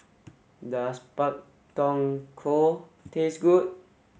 does Pak Thong Ko taste good